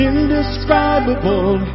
Indescribable